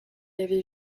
avait